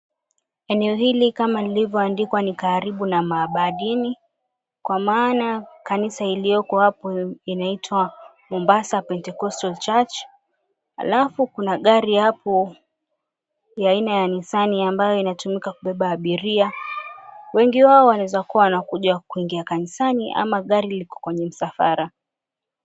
Eneo hili kama lilivyoandikwa ni karibu na maabadini, kwa maana kanisa iliyoko hapo inaitwa Mombasa Pentecostal Church. Halafu kuna gari hapo aina ya nisani ambayo inatumika kubeba abiria. Wengi wao wanaweza kuwa wanakuja kuingia kanisani ama gari liko kwenye msafara.